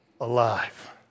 alive